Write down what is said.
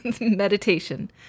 meditation